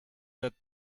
that